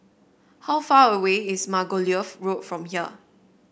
how far away is Margoliouth Road from here